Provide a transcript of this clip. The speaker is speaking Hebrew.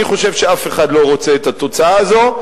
אני חושב שאף אחד לא רוצה את התוצאה הזו.